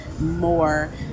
more